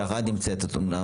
את נמצאת אמנם,